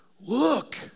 look